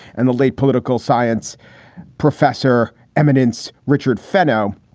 and the late political science professor, eminence richard fenno.